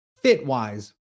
Fit-wise